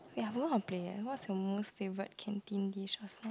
ya I forgot how to play eh what your most favourite canteen dish was at